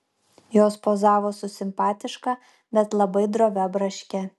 jos pozavo su simpatiška bet labai drovia braške